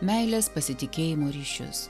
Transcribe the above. meilės pasitikėjimo ryšius